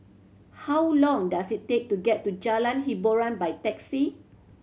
how long does it take to get to Jalan Hiboran by taxi